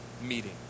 meeting